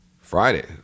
Friday